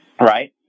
right